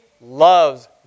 loves